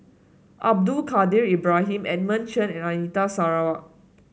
Abdul Kadir Ibrahim Edmund Chen and Anita Sarawak